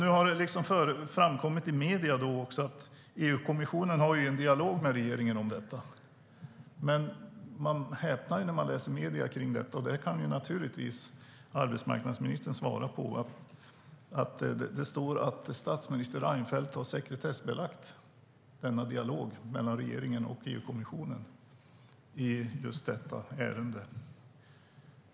Nu har det framkommit i medierna att EU-kommissionen för en dialog med regeringen om detta, men man häpnar när man läser om det. Detta kan naturligtvis arbetsmarknadsministern svara på. Det står att statsminister Reinfeldt har sekretessbelagt dialogen mellan regeringen och EU-kommissionen i detta ärende.